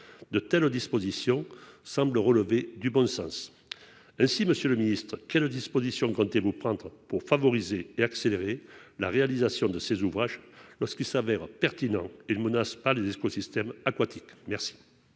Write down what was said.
de telles dispositions semblent relever du bon sens. Monsieur le secrétaire d'État, quelles dispositions comptez-vous prendre pour favoriser et accélérer la réalisation de ces ouvrages lorsqu'ils s'avèrent pertinents et ne menacent pas les écosystèmes aquatiques ? La